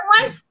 one